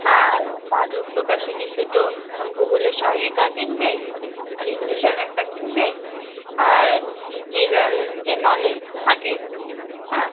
আর পারুল প্রকাশনীর দুটো ভূগোলের সহায়িকা কিনবে আর ইংলিশের একটা কিনবে আর জেনারেল যে নলেজ থাকে হ্যাঁ